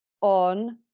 on